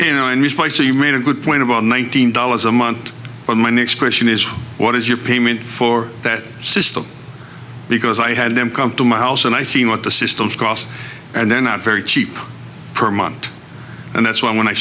you know in response to you made a good point about one thousand dollars a month but my next question is what is your payment for that system because i had them come to my house and i see what the systems cost and they're not very cheap per month and that's why when i